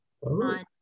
on